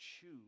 choose